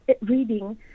reading